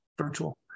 virtual